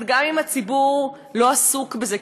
אבל גם אם הציבור לא עסוק בזה,